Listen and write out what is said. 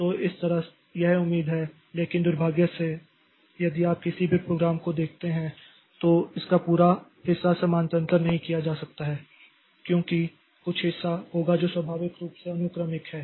तो इस तरह से यह उम्मीद है लेकिन दुर्भाग्य से यदि आप किसी भी प्रोग्राम को देखते हैं तो इसका पूरा हिस्सा समानांतर नहीं किया जा सकता है क्योंकि इसका कुछ हिस्सा होगा जो स्वाभाविक रूप से अनुक्रमिक है